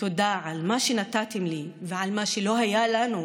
תודה על מה שנתתם לי ועל מה שלא היה לנו,